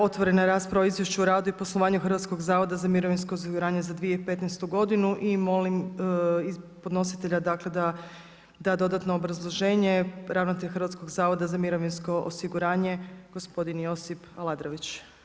Otvorena je rasprava o izvješću radu i poslovanju Hrvatskog zavoda za mirovinsko osiguranje za 2015. godinu i molim podnositelja, dakle da da dodatno obrazloženje, ravnatelj Hrvatskog zavoda za mirovinsko osiguranje gospodin Josip Aladrović.